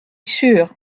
sûre